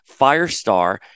Firestar